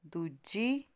ਦੂਜੀ